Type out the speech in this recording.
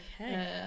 okay